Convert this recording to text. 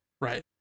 Right